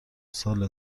سال